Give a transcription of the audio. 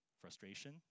frustration